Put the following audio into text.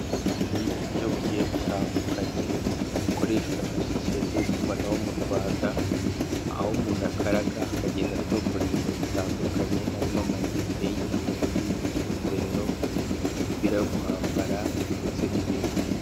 Ubu ni uburyo bugiye butandukanye, bukoreshwa na sosiyete y'itumanaho mu Rwanda, aho umuntu akaraga, akagenda atombora ibitu bitandukanye, harimo; amainite y'igihumbi, ingofero, imipira yo kwambara, ndetse n'ibindi.